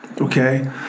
okay